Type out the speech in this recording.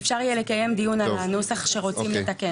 אפשר יהיה לקיים דיון על הנוסח שרוצים לתקן.